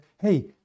hey